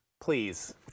Please